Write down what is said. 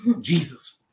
Jesus